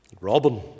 Robin